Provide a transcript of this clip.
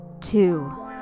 Two